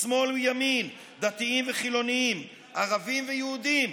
משמאל ומימין, דתיים וחילונים, ערבים ויהודים.